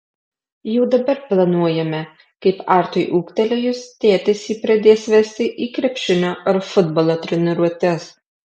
jau dabar planuojame kaip atui ūgtelėjus tėtis jį pradės vesti į krepšinio ar futbolo treniruotes